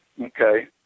Okay